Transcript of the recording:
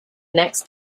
next